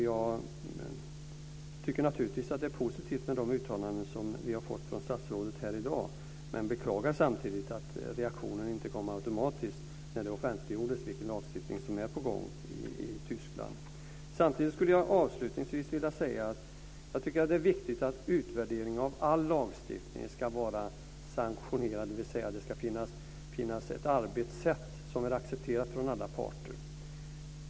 Jag tycker naturligtvis att det är positivt med de uttalanden som vi har fått från statsrådet här i dag men beklagar samtidigt att reaktionen inte kom automatiskt när det offentliggjordes vilken lagstiftning som är på gång i Tyskland. Avslutningsvis skulle jag vilja säga att det är viktigt att utvärdering av all lagstiftning ska vara sanktionerad, dvs. att det ska finnas ett arbetssätt som är accepterat från alla parter.